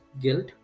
guilt